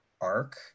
arc